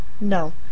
No